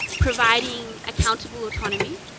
providing accountable autonomy,